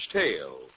tale